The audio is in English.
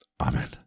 Amen